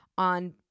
on